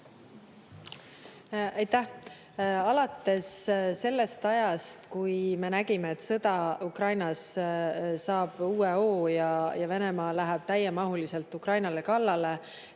Aitäh! Alates sellest ajast, kui me nägime, et sõda Ukrainas saab uue hoo ja Venemaa läheb täiemahuliselt Ukrainale kallale